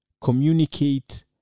communicate